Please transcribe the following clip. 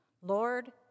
Lord